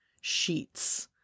sheets